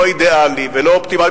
לא אידיאלי ולא אופטימלי,